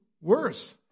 worse